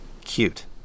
Cute